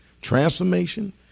Transformation